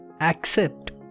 accept